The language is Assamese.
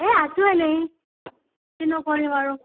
এই আছোঁ এনেই কিনো কৰিম আৰু